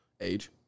age